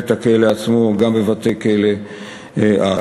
הדבר חודד לאחר המקרה הזה גם בכלא עצמו וגם בבתי-הסוהר האחרים.